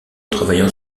travaillant